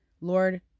Lord